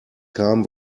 kam